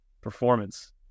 performance